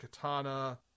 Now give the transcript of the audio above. katana